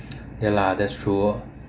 ya lah that's true lor